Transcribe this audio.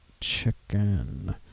chicken